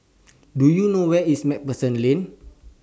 Do YOU know Where IS MacPherson Lane